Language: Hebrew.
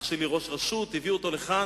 אח שלי ראש רשות, הוא הביא אותו לכאן,